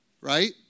right